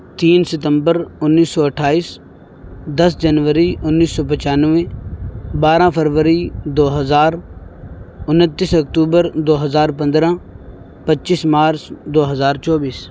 تین ستمبر انیس سو اٹھائیس دس جنوری انیس سو پنچانوے بارہ فروری دو ہزار انتس اکتوبر دو ہزار پندرہ پچیس مارچ دو ہزار چوبیس